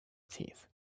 teeth